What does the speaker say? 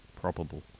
Probable